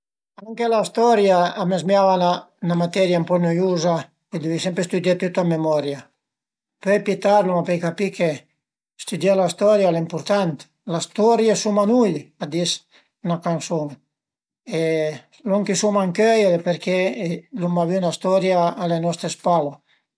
Anche la storia a më zmìava 'na materia ün po nuiuza e dëvìe stüdié tüt a memoria, pöi pi tard l'uma pöi capì che studié la storia al e ëmpurtant: la storia suma nui a dis 'na cansun e lon chi suma ëncöi al e perché l'uma avü 'na storia a le nostre spale